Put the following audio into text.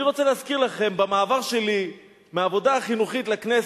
אני רוצה להזכיר לכם שבמעבר שלי מהעבודה החינוכית לכנסת,